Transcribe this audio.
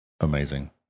Amazing